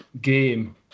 game